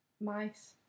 mice